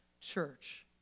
church